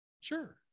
Sure